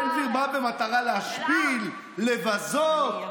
בן גביר בא במטרה להשפיל, לבזות.